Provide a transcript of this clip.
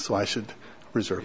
so i should reserve